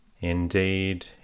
Indeed